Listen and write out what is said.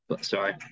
Sorry